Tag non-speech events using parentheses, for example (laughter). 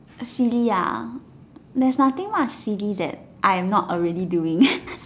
actually ah there's nothing much really that I am not already doing (laughs)